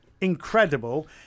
incredible